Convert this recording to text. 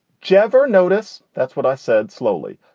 jennifer notice. that's what i said slowly.